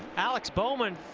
alex bowman.